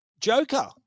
Joker